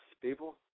people